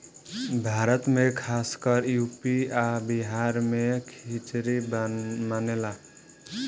भारत मे खासकर यू.पी आ बिहार मे खिचरी मानेला